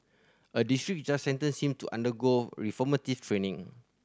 a district judge sentenced him to undergo reformative training